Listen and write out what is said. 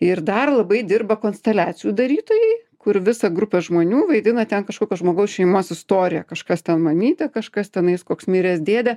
ir dar labai dirba konsteliacijų darytojai kur visa grupė žmonių vaidina ten kažkokio žmogaus šeimos istoriją kažkas ten mamytė kažkas tenais koks miręs dėdė